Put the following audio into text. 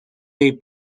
jej